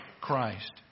Christ